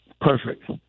Perfect